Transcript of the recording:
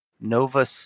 Nova